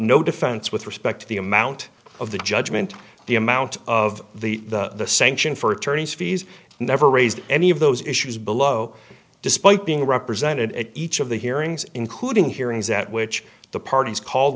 no defense with respect to the amount of the judgment the amount of the the sanction for attorney's fees never raised any of those issues below despite being represented at each of the hearings including hearings at which the parties called